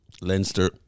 Leinster